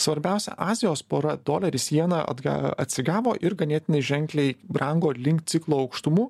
svarbiausia azijos pora doleris iena atga atsigavo ir ganėtinai ženkliai brango link ciklo aukštumų